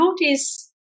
notice